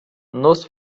nos